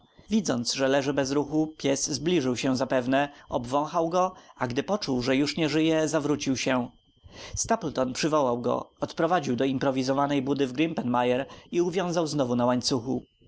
widząc że leży bez ruchu pies zbliżył się zapewne obwąchał go a gdy poczuł że już nie żyje zawrócił się stapleton przywołał go odprowadził do improwizowanej budy w grimpen mire i uwiązał znowu na łańcuchu